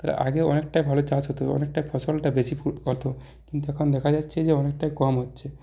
তাহলে আগেও অনেকটা ভালো চাষ হতো অনেকটা ফসলটা বেশি ভালো ফলতো কিন্তু এখন দেখা যাচ্ছে যে অনেকটাই কম হচ্ছে